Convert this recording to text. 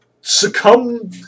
succumb